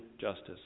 justice